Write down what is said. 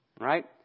right